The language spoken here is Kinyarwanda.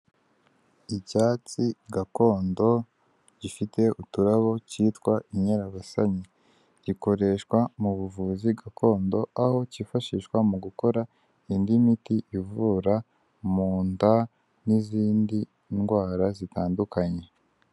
Icyatsi gakondo gifite uturabo cyitwa inkerabasanya gikoreshwa mu buvuzi gakondo aho cyifashishwa mu gukora indi miti ivura mu nda n'izindi ndwara zitandukanye.